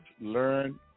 learn